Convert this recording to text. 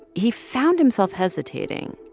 he found himself hesitating.